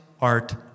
art